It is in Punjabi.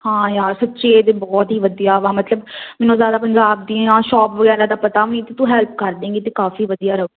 ਹਾਂ ਯਾਰ ਸੱਚੀ ਇਹ ਤਾਂ ਬਹੁਤ ਹੀ ਵਧੀਆ ਵਾ ਮਤਲਬ ਮੈਨੂੰ ਜ਼ਿਆਦਾ ਪੰਜਾਬ ਦੀਆਂ ਸ਼ੋਪ ਵਗੈਰਾ ਦਾ ਪਤਾ ਵੀ ਨਹੀਂ ਤੂੰ ਹੈਲਪ ਕਰ ਦੇਂਗੀ ਤਾਂ ਕਾਫ਼ੀ ਵਧੀਆ ਰਹੂ